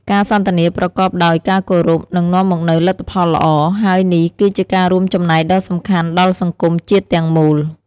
ការសន្ទនាប្រកបដោយការគោរព នឹងនាំមកនូវលទ្ធផលល្អ ហើយនេះគឺជាការរួមចំណែកដ៏សំខាន់ដល់សង្គមជាតិទាំងមូល។